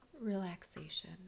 relaxation